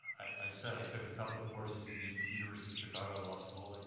i said i took a couple of courses at university of chicago law school. like